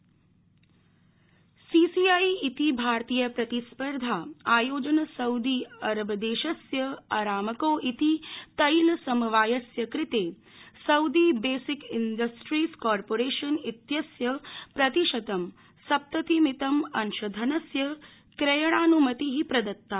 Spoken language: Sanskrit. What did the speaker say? सीसीआई सीसीआई जि भारतीय प्रतिस्पर्धा आयोजन सऊदी अरबदेशस्य अरामको जि तैल समवायस्य कृते सऊदी बेसिक डिस्ट्रीज कॉरपोरेशन विस्य प्रतिशतं सप्ततिमितम् अंशधनस्य क्रयणानुमति प्रदल्ता